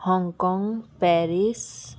Hong Kong Paris